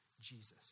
Jesus